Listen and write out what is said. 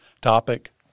topic